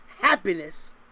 happiness